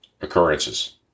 occurrences